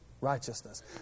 righteousness